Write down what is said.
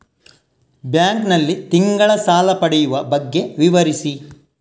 Bank ನಲ್ಲಿ ತಿಂಗಳ ಸಾಲ ಪಡೆಯುವ ಬಗ್ಗೆ ವಿವರಿಸಿ?